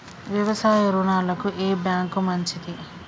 వ్యవసాయ రుణాలకు ఏ బ్యాంక్ మంచిది?